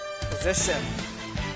position